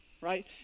right